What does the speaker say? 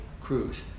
cruise